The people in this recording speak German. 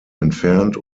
entfernt